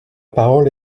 parole